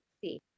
see